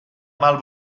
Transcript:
mal